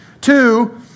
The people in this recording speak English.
Two